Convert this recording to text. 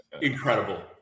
incredible